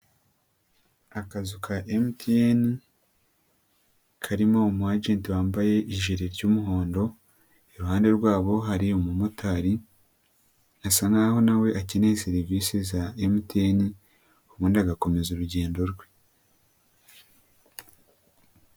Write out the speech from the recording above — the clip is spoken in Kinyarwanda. Akazu ka MTN, karimo umu agenti wambaye ijire ry'umuhondo, iruhande rwabo hari umumotari, asa naho nawe akeneye serivisi za MTN, ubundi agakomeza urugendo rwe.